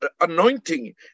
anointing